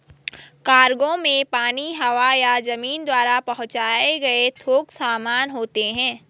cargo में पानी, हवा या जमीन द्वारा पहुंचाए गए थोक सामान होते हैं